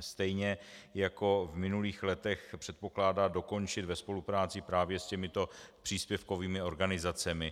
stejně jako v minulých letech předpokládá dokončit ve spolupráci právě s těmito příspěvkovými organizacemi.